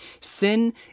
Sin